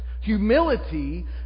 Humility